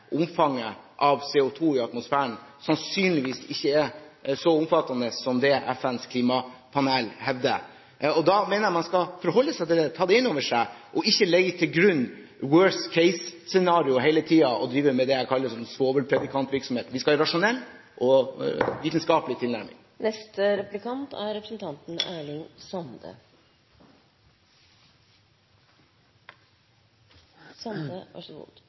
omfanget av CO2 i atmosfæren sannsynligvis ikke er så omfattende som det FNs klimapanel hevder. Da mener jeg man skal forholde seg til det, ta det inn over seg og ikke legge til grunn et «worst case»-scenario hele tiden og drive med det jeg kaller svovelpredikantvirksomhet. Vi skal ha en rasjonell og vitenskapelig tilnærming. I tillegg til dei elementa som Snorre Serigstad Valen nemner, viste òg denne rapporten fra Bjerknessenteret at representanten